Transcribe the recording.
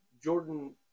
Jordan